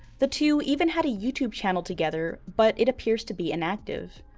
the two even had a youtube channel together, but it appears to be inactive.